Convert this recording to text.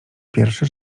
pierwszy